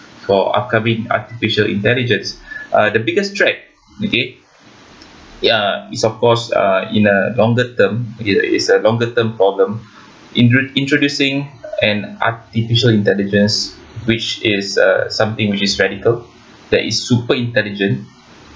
for upcoming artificial intelligence uh the biggest track okay ya is of course uh in a longer term okay it's a longer term problem intro~ introducing an artificial intelligence which is uh something which is radical that is super intelligent